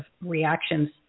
reactions